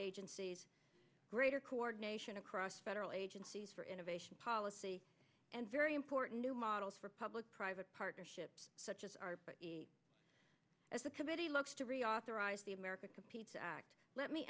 agencies greater coordination across federal agencies for innovation policy and very important new models for public private partnerships such as our as a committee looks to reauthorize the america competes act let me